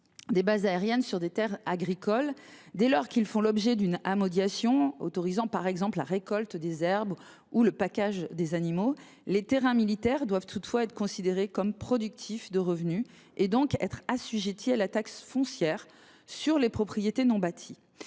des bases aériennes sur des terres agricoles. Dès lors qu’ils font l’objet d’une amodiation autorisant par exemple la récolte des herbes ou le pacage des animaux, les terrains militaires sont considérés comme productifs de revenus et sont donc assujettis à la taxe foncière sur les propriétés non bâties.